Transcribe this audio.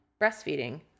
breastfeeding